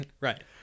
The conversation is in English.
Right